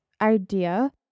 idea